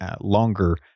longer